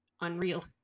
unreal